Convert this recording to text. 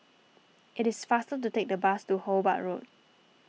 it is faster to take the bus to Hobart Road